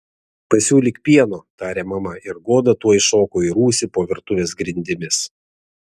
pasiūlyk pieno tarė mama ir goda tuoj šoko į rūsį po virtuvės grindimis